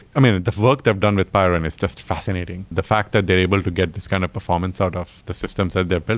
i mean, the work they've done with pywren is just fascinating. the fact that they're able to get this kind of performance out of the system that they built.